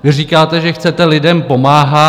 Vy říkáte, že chcete lidem pomáhat.